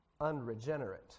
unregenerate